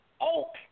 oak